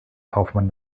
kaufmann